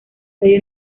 sello